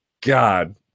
God